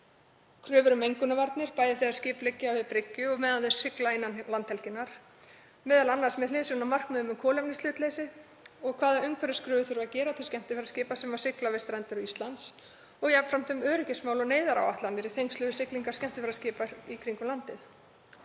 kröfur um mengunarvarnir, bæði þegar skip liggja við bryggju og meðan þau sigla innan landhelginnar, m.a. með hliðsjón af markmiðum um kolefnishlutleysi, og hvaða umhverfiskröfur þurfi að gera til skemmtiferðaskipa sem sigla við strendur Íslands; og jafnframt um öryggismál og neyðaráætlanir í tengslum við siglingar skemmtiferðaskipa kringum landið.